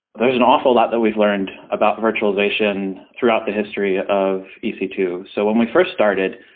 there's an awful lot that we've learned about virtualization throughout the history of e c two. so when we first started,